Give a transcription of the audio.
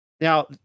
Now